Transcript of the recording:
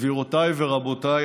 גבירותיי ורבותיי,